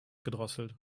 gedrosselt